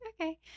okay